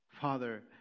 Father